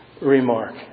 remark